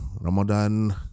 Ramadan